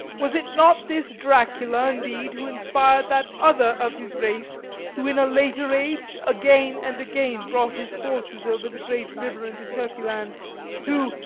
was it not this dracula, indeed, who inspired that other of his race who in a later age again and again brought his forces over the great river into turkey-land who,